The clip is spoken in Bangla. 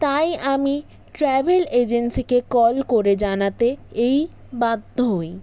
তাই আমি ট্র্যাভেল এজেন্সিকে কল করে জানাতে এই বাধ্য হই